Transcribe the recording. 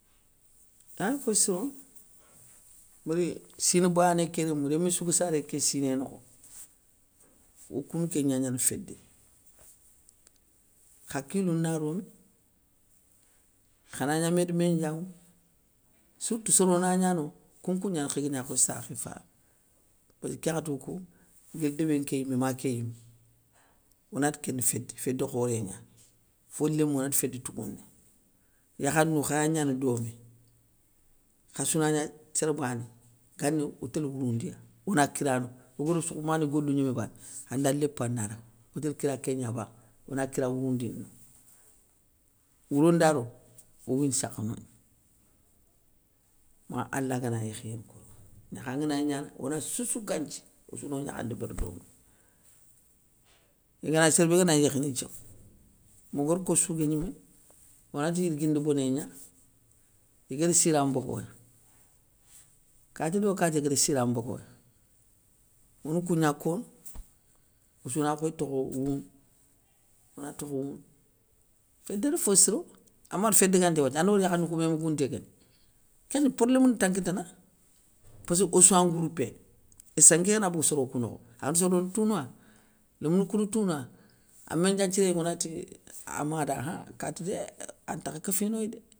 Aranti fossirone, béri sina bané ké rémou, réméssou ga saré ké siné nokho, okouna kégna gnana fédé, kha kilou na romé, khanagna méda méndianŋou, sourtou soro na gna no kounkou gnana kho igagna kho sakhé fabé, passkeu kén ŋwakhati okou, guil débé nké yimé ma ké yimé, onati kénda fédé, fédé khoré gnani, fo lémou onati fédé tougouné, yakhanou khaya gna domé, khassou gnana sér bané, gani otél wouroundiya ona kira no, ogonosoukh mani golou gnémé bané, anda lépa na daga otél kira kén gnaba ona kiar wouroundini noŋa. Wouro nda ro, owouyini sakhe nongna, ma allah gana yékhiyé nkoyoya wakhati bé. Gnakha ngana gni gnana, ona sousou ganthi, ossou no gnakha ndébéri domé. Igana sérbé ganagni yékhini nthiéf, morguar ko sougué gnémé, onati yirigui nda boné gna, iguér sira mbogoya, kati do kati guér sira mbogoya, ona kougna kono, ossouna khoy tokho wounou, ona tokho wouno. Fédé ni fo siro, ama wori fédé gantéy wathia, ana wori yakhanou kou mé mougounté guéni, kénŋ problém nta kitana, passkeu ossouwa ngroupéné, esskanké ngana bogou soro kou nokho anŋatou sorone touna, lémounou kouna touna, an méndia nthiré yogo nati ama da khan kati dé antakha kéfonoya dé.